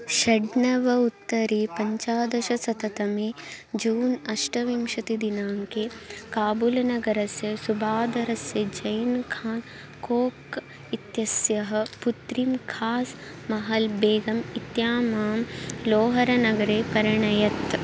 षड् नवोत्तरपञ्चादशशततमे जून् अष्टविंशतिदिनाङ्के काबुलनगरस्य सुबादरस्य जैन् खान् कोक् इत्यस्यः पुत्रीं खास् महल् बेगम् इतीमां लोहरनगरे पर्यनयत्